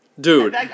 Dude